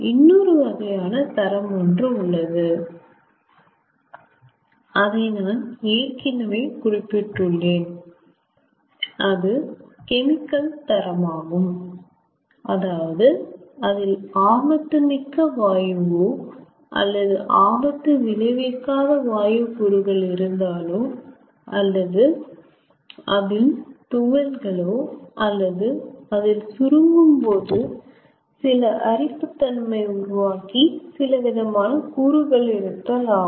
இன்னொரு வகையான தரம் ஒன்று உள்ளது அதை நான் ஏற்கனவே குறிப்பிட்டு உள்ளேன் அது கெமிக்கல் தரம் ஆகும் அதாவது அதில் ஆபத்துமிக்க வாயுவோ அல்லது ஆபத்து விளைவிக்காத வாயு கூறுகள் இருந்தாலோ அல்லது அதில் துகள்களோ அல்லது அதில் சுருங்கும் போது சில அரிப்புத்தன்மை உருவாக்கி சிலவிதமான கூறுகள் இருந்தல் ஆகும்